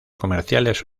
comerciales